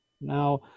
Now